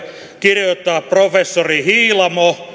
kirjoittaa professori hiilamo